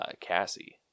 Cassie